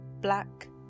black